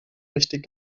richtig